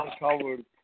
uncovered